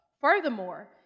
Furthermore